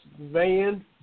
Van